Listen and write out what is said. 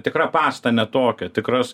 tikra pasta ne tokia tikras